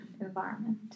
environment